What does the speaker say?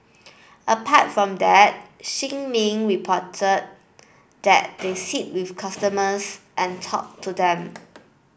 apart from that Shin Min reported that they sit with customers and talk to them